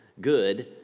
good